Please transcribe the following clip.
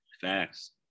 facts